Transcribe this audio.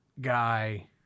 guy